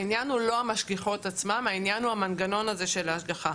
העניין הוא לא המשגיחות עצמן אלא מנגנון ההשגחה.